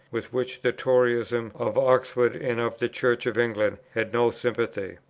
with which the toryism of oxford and of the church of england had no sympathy.